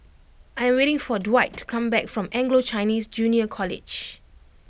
I'm waiting for Dwight to come back from Anglo Chinese Junior College